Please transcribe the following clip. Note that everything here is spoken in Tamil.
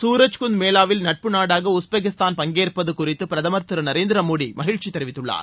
சூரஜ்குந்த் மேளாவில் நட்பு நாடாக உஸ்பெகிஸ்தான் பங்கேற்பது குறித்து பிரதமர் திரு நரேந்திர மோடி மகிம்ச்சி தெரிவித்துள்ளார்